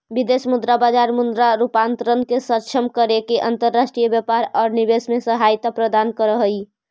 विदेश मुद्रा बाजार मुद्रा रूपांतरण के सक्षम करके अंतर्राष्ट्रीय व्यापार औउर निवेश में सहायता प्रदान करऽ हई